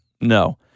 No